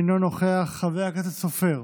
אינו נוכח, חבר הכנסת סופר,